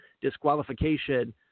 disqualification